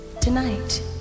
tonight